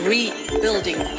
Rebuilding